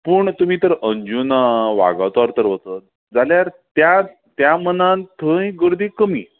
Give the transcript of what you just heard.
पूण तुमी तर अँजुणा वागातोर जर तर वचत जाल्यार त्या त्या मनान थंय गर्दी कमी